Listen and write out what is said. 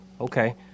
Okay